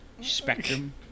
Spectrum